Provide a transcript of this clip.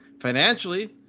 financially